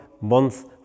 month